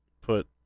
put